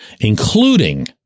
including